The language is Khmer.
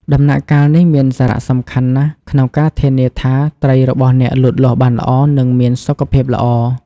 ដំណាក់កាលនេះមានសារៈសំខាន់ណាស់ក្នុងការធានាថាត្រីរបស់អ្នកលូតលាស់បានល្អ និងមានសុខភាពល្អ។